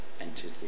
entered